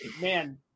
Man